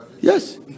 yes